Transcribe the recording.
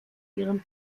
ihren